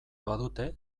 badute